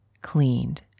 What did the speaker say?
cleaned